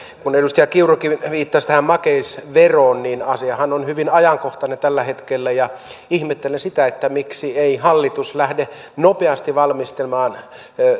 kun edustaja kiurukin viittasi tähän makeisveroon niin asiahan on hyvin ajankohtainen tällä hetkellä ihmettelen sitä miksi ei hallitus lähde nopeasti valmistelemaan